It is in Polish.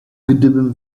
gdybym